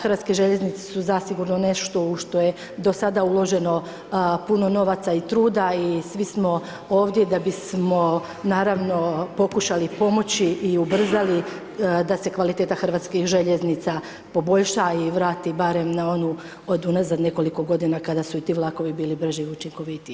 Hrvatske željeznice su zasigurno nešto u što je do sada uloženo puno novaca i truda i svi smo ovdje da bismo, naravno pokušali pomoći i ubrzali da se kvaliteta hrvatskih željeznica poboljša i vrati barem na onu od unazad nekoliko godina, kada su i ti vlakovi bili brži i učinkovitiji.